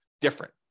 different